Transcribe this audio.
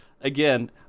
again